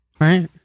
right